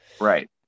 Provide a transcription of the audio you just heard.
Right